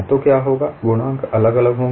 तो क्या होगा गुणांक अलग अलग होंगे